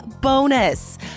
bonus